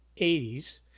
80s